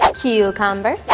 cucumber